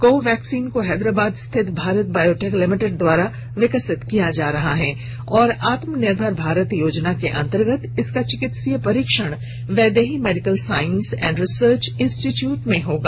को वैक्सीन को हैदराबाद स्थित भारत बॉयोटेक लिमिटेड द्वारा विकसित किया जा रहा है और आत्मनिर्भर भारत योजना के अंतर्गत इसका चिकित्सीय परीक्षण Vaidehi medical science and research institute में होगा